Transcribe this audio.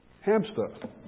Hamster